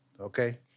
Okay